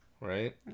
right